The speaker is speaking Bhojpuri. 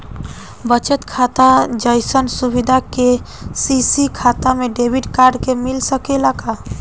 बचत खाता जइसन सुविधा के.सी.सी खाता में डेबिट कार्ड के मिल सकेला का?